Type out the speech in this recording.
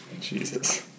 Jesus